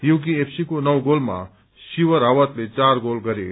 UKFC को नौ गोलमा शिव रावतले चार गोल गरे